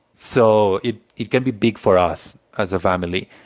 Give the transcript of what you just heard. so it it can be big for us as a family.